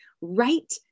right